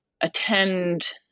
attend